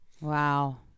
Wow